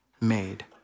made